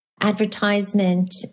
advertisement